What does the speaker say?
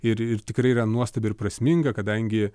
ir ir tikrai yra nuostabi ir prasminga kadangi